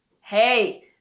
Hey